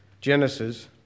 Genesis